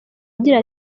agira